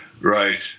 right